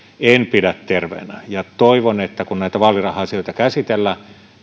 en pidä sitä terveenä ja toivon että kun näitä vaaliraha asioita käsitellään